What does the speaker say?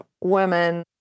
women